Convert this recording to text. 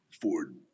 Ford